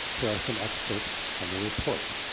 here are some excerpts from the report.